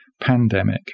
pandemic